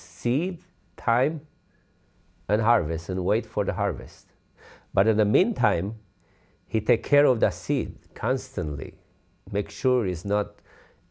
seeds time and harvest and wait for the harvest but in the meantime he take care of the seed constantly make sure is not